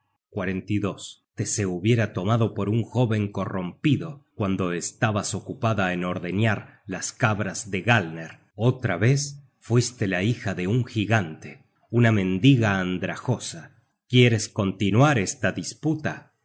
aun en el siglo xix llamaba o'connell á un lord cerdo rompido cuando estabas ocupada en ordeñar las cabras de galner otra vez fuiste la hija de un gigante una mendiga andrajosa quieres continuar esta disputa